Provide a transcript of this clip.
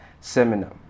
Seminar